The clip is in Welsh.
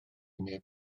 neb